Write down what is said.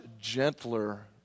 gentler